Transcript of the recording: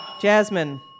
Jasmine